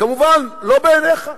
כמובן, לא בעיניך.